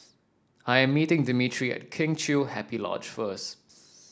I am meeting Dimitri at Kheng Chiu Happy Lodge first